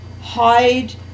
Hide